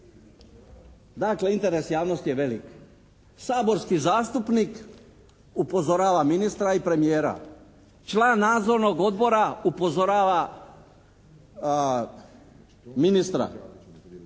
Dakle, interes javnosti je velik. Saborski zastupnik upozorava ministra i premijera. Član nadzornog odbora upozorava ministra.